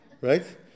right